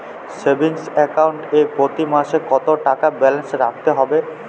Savings account এ প্রতি মাসে কতো টাকা ব্যালান্স রাখতে হবে?